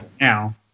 now